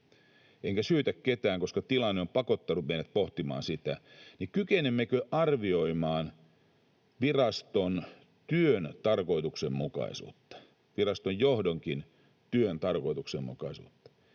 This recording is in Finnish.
enkä syytä ketään, koska tilanne on pakottanut meidät pohtimaan sitä — kyetä arvioimaan viraston työn tarkoituksenmukaisuutta, viraston johdonkin työn tarkoituksenmukaisuutta?